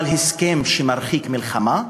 אבל הסכם שמרחיק מלחמה,